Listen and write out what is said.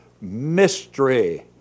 mystery